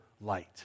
light